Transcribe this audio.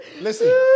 listen